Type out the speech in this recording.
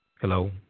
Hello